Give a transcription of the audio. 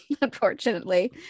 unfortunately